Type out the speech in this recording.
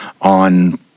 on